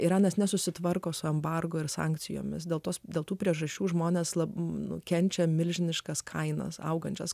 iranas nesusitvarko su embargo ir sankcijomis dėl to dėl tų priežasčių žmonės labai nukenčia milžiniškas kainas augančios